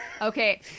okay